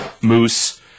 moose